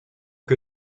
que